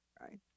right